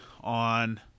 on